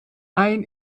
ein